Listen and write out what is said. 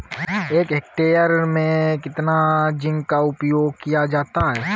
एक हेक्टेयर में कितना जिंक का उपयोग किया जाता है?